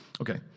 Okay